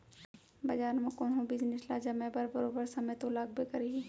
बजार म कोनो बिजनेस ल जमे बर बरोबर समे तो लागबे करही